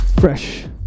Fresh